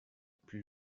plus